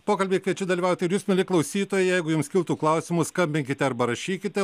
pokalbyje kviečiu dalyvauti ir jūs mieli klausytojai jeigu jums kiltų klausimų skambinkite arba rašykite